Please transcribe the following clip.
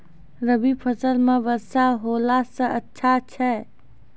रवी फसल म वर्षा होला से अच्छा छै?